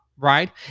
right